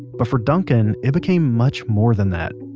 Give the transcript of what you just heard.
but for duncan it became much more than that.